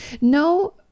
No